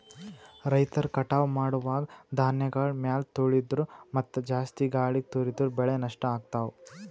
ರೈತರ್ ಕಟಾವ್ ಮಾಡುವಾಗ್ ಧಾನ್ಯಗಳ್ ಮ್ಯಾಲ್ ತುಳಿದ್ರ ಮತ್ತಾ ಜಾಸ್ತಿ ಗಾಳಿಗ್ ತೂರಿದ್ರ ಬೆಳೆ ನಷ್ಟ್ ಆಗ್ತವಾ